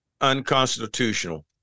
unconstitutional